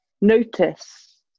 notice